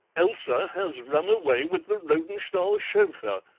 elsa has run away with the rodenstahls' chauffeur!